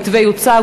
המתווה יוצג,